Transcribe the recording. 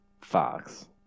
Fox